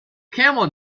camel